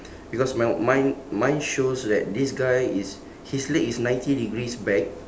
because mine mine mine shows that this guy is his leg is ninety degrees back